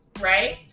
right